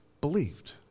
believed